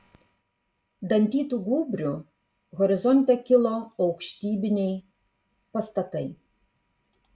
dantytu gūbriu horizonte kilo aukštybiniai pastatai